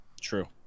True